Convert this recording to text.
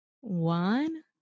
One